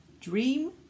dream